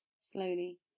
slowly